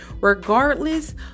regardless